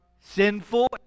sinful